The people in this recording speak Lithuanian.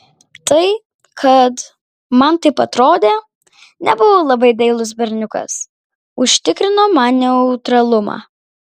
tai kad man taip atrodė nebuvau labai dailus berniukas užtikrino man neutralumą